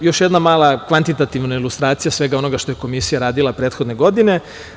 Još jedna mala kvantitativna ilustracija svega onoga što je Komisija radila prethodne godine.